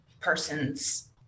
persons